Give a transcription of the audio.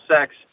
sex